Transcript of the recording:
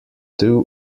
two